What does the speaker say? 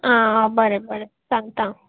आ बरें बरें सांगता